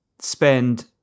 spend